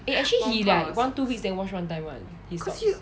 eh actually he like one two weeks then wash one time [one]